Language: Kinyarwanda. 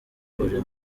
uri